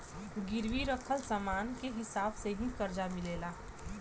गिरवी रखल समान के हिसाब से ही करजा मिलेला